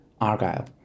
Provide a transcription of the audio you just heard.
Argyle